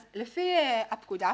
אז לפי הפקודה,